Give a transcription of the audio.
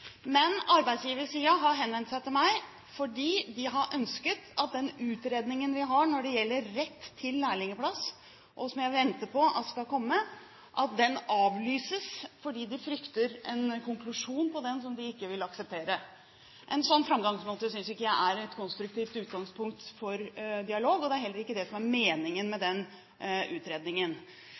Men arbeidsgiversiden har henvendt seg til meg fordi de har ønsket at den utredningen vi har når det gjelder rett til lærlingplass – og som jeg venter på skal komme – avlyses, fordi de frykter en konklusjon på den som de ikke vil akseptere. En slik framgangsmåte synes ikke jeg er et konstruktivt utgangspunkt for dialog, og det er heller ikke det som er meningen med den utredningen.